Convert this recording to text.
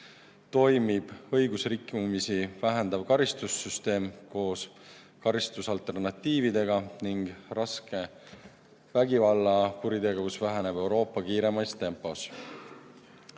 toimib õigusrikkumisi vähendav karistussüsteem koos karistusalternatiividega ning raske vägivallakuritegevus väheneb Euroopa kiireimas tempos.